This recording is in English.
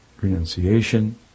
renunciation